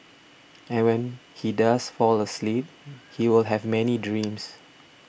and when he does fall asleep he will have many dreams